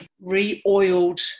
re-oiled